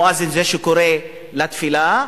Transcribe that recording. המואזין, זה שקורא לתפילה,